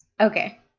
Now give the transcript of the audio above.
Okay